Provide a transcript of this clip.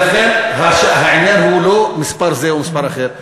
ולכן, העניין הוא לא מספר זה או מספר אחר.